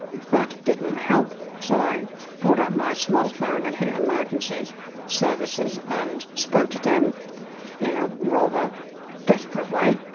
that didn't help, so i pulled out my smart phone and hit emergency services and spoke to them in a rather desperate way,